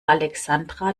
alexandra